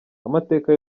amateka